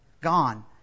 gone